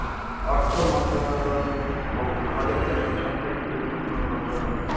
অর্থ মন্ত্রণালয় হউ হামাদের দ্যাশোত সবথাকি গুরুত্বপূর্ণ মন্ত্রণালয়